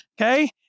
okay